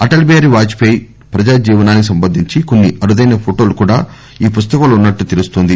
Atal Bihari Vajpayee ప్రజా జీవనానికి సంబంధించి కొన్ని అరుదైన ఫోటోలు కూడా ఈ పుస్తకంలో వున్సట్లు తెలుస్తోంది